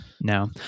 no